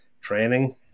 training